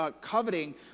coveting